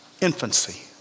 infancy